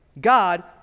god